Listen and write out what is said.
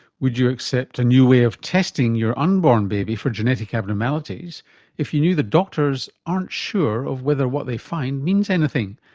would you accept a new way of testing your unborn baby for genetic abnormalities if you knew the doctors aren't sure of whether what they find means anything?